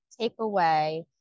takeaway